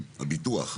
הביטוח.